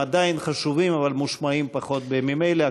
הם עדיין חשובים אבל מושמעים פחות בימים אלה.